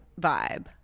vibe